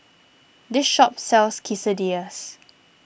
this shop sells Quesadillas